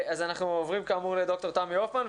אנחנו עוברים כאמור לד"ר תמי הופמן,